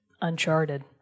Uncharted